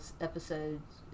episodes